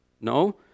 No